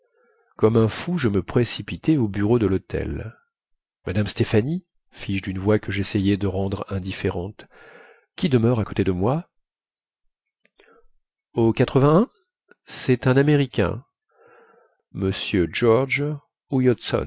comme un fou je me précipitai au bureau de lhôtel madame stéphany fis-je dune voix que jessayai de rendre indifférente qui demeure à côté de moi au cest un américain m george